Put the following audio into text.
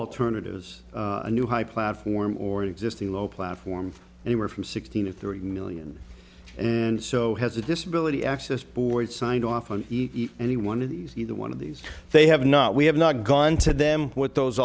alternatives a new high platform or existing low platform anywhere from sixteen to three million and so has a disability access board signed off and eat any one of these either one of these they have not we have not gone to them what those